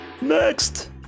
Next